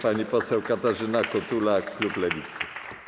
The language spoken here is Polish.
Pani poseł Katarzyna Kotula, klub Lewicy.